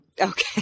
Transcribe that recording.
Okay